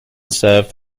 served